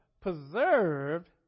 preserved